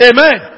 Amen